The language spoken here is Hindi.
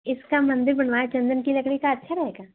इसका मंदिर बनवाए थे चंदन की लकड़ी का अच्छा रहेगा